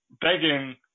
begging